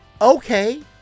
okay